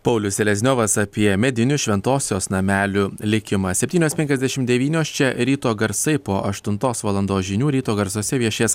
paulius selezniovas apie medinius šventosios namelių likimą septynios penkiasdešim devynios čia ryto garsai po aštuntos valandos žinių ryto garsuose viešės